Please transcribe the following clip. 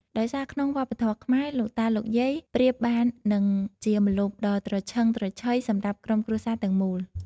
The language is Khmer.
ដោយសារ ក្នុងវប្បធម៌ខ្មែរ លោកតាលោកយាយប្រៀបបានហ្នឹងជាម្លប់ដ៏ត្រឈឹងត្រឈៃសម្រាប់ក្រុមគ្រួសារទាំងមូល។